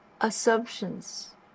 assumptions